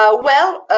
ah well,